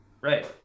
Right